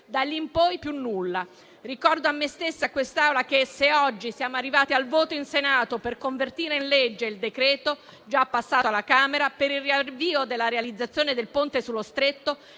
da lì in poi più nulla. Ricordo a me stessa e a quest'Aula che, se oggi siamo arrivati al voto in Senato per convertire in legge il decreto-legge già passato alla Camera per il riavvio della realizzazione del Ponte sullo Stretto,